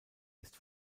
ist